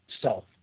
self